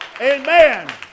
Amen